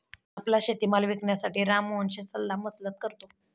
आपला शेतीमाल विकण्यासाठी राम मोहनशी सल्लामसलत करतो